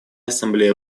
ассамблея